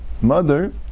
mother